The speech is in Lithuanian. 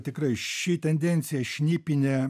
tikrai ši tendencija šnipinė